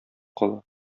кала